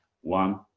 one